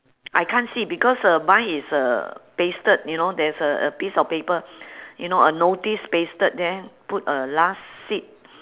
I can't see because uh mine is uh pasted you know there's a a piece of paper you know a notice pasted there put uh last seat